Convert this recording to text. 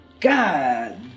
God